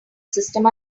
system